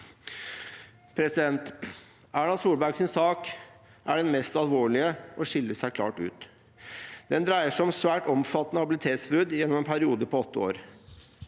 Erna Solbergs sak er den mest alvorlige og skiller seg klart ut. Den dreier seg om svært omfattende habilitetsbrudd gjennom en periode på åtte år